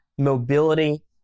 Mobility